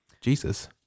Jesus